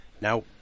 Now-